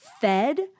fed